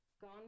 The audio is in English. gone